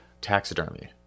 taxidermy